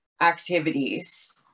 activities